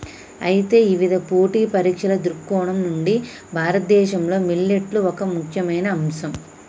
అయితే ఇవిధ పోటీ పరీక్షల దృక్కోణం నుండి భారతదేశంలో మిల్లెట్లు ఒక ముఖ్యమైన అంశం